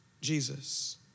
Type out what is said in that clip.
Jesus